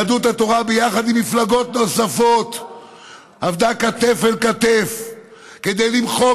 יהדות התורה עבדה כתף אל כתף עם מפלגות נוספות כדי למחוק